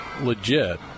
legit